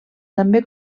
també